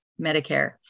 Medicare